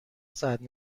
صدر